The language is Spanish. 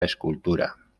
escultura